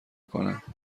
کنم